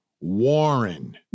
Warren